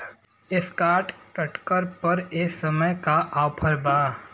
Escort tractor पर ए समय का ऑफ़र बा?